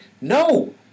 no